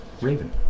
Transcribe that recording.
Raven